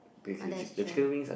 oh that's true